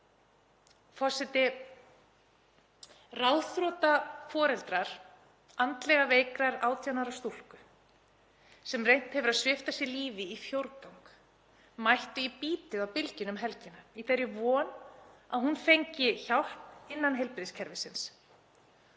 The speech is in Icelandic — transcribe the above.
Forseti. Ráðþrota foreldrar andlega veikrar 18 ára stúlku, sem reynt hefur að svipta sig lífi í fjórgang, mættu í Bítið á Bylgjunni um helgina í þeirri von að hún fengi hjálp innan heilbrigðiskerfisins.